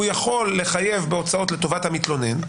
הוא יכול לחייב בהוצאות לטובת המתלונן.